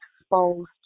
exposed